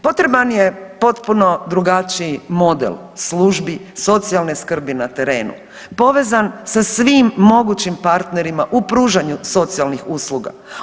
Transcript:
Potreban je potpuno drugačiji model službi socijalne skrbi na terenu povezan sa svim mogućim partnerima u pružanju socijalnih usluga.